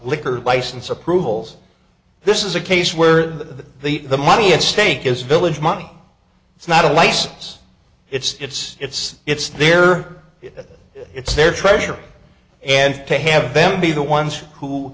liquor license approvals this is a case where the the the money at stake is village money it's not a license it's it's it's there it's their treasury and to have them be the ones who